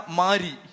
mari